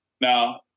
Now